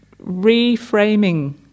reframing